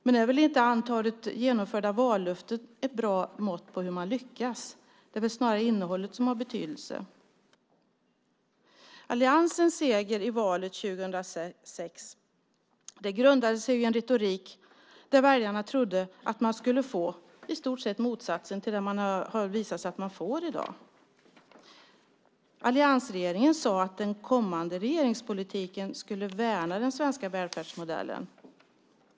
Men nu är väl inte antalet genomförda vallöften ett bra mått på hur man har lyckats. Det är väl snarare innehållet som har betydelse. Alliansens seger i valet 2006 grundade sig i en retorik där väljarna trodde att man skulle få i stort sett motsatsen till det som det har visat sig att man får i dag. Alliansregeringen sade att den kommande regeringspolitiken skulle värna den svenska välfärdsmodellen.